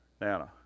Nana